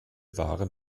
waren